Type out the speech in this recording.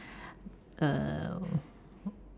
err